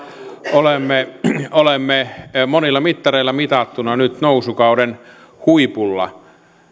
olemme olemme monilla mittareilla mitattuna nyt nousukauden huipulla